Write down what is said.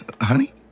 Honey